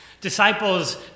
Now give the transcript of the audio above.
disciples